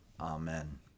Amen